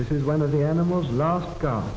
this is one of the animals lost